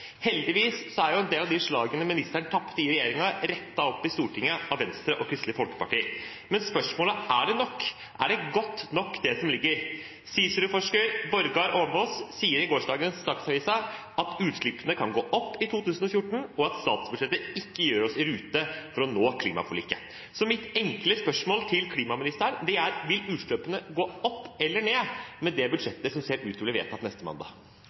en del av de slagene ministeren tapte i regjeringen, rettet opp i Stortinget av Venstre og Kristelig Folkeparti. Men spørsmålet er om det er nok. Er det godt nok det som ligger i budsjettet? Cicero-forsker Borgar Aamaas sier i gårsdagens Dagsavisen at utslippene kan gå opp i 2014, og at statsbudsjettet ikke gjør at vi er i rute for å nå klimaforlikets målsetting. Mitt enkle spørsmål til klimaministeren er: Vil utslippene gå opp eller ned med det budsjettet som ser ut til å bli vedtatt neste mandag?